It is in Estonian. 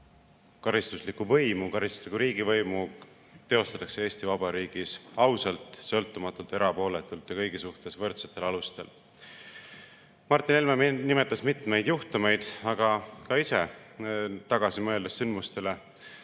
suhtes, et karistuslikku riigivõimu teostatakse Eesti Vabariigis ausalt, sõltumatult, erapooletult ja kõigi suhtes võrdsetel alustel. Martin Helme nimetas mitmeid juhtumeid, aga pean ka ise sündmustele